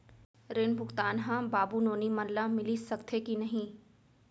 ऋण भुगतान ह बाबू नोनी मन ला मिलिस सकथे की नहीं?